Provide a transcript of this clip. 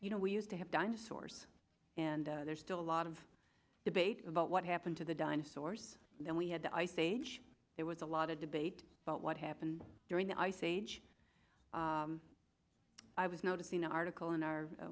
you know we used to have dinosaurs and there's still a lot of debate about what happened to the dinosaurs and then we had the ice age there was a lot of debate about what happened during the ice age i was noticing an article in our